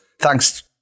Thanks